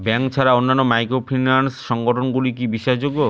Bank ছাড়া অন্যান্য microfinance সংগঠন গুলি কি বিশ্বাসযোগ্য?